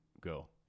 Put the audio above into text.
Go